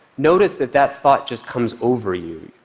notice that that thought just comes over you.